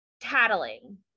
tattling